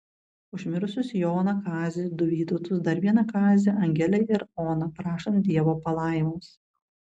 už mirusius joną kazį du vytautus dar vieną kazį angelę ir oną prašant dievo palaimos